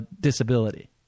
disability